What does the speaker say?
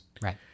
Right